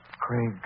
Craig